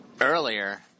earlier